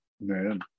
Man